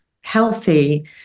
healthy